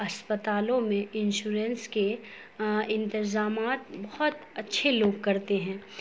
اسپتالوں میں انشورنس کے انتظامات بہت اچھے لوگ کرتے ہیں